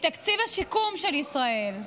את תקציב השיקום של ישראל,